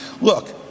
Look